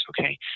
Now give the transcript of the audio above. okay